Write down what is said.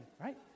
right